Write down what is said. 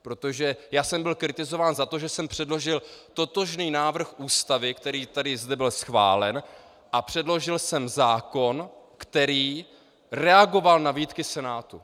Protože já jsem byl kritizován za to, že jsem předložil totožný návrh Ústavy, který zde byl schválen, a předložil jsem zákon, který reagoval na výtky Senátu.